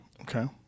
Okay